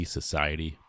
Society